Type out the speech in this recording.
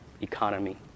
economy